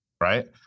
right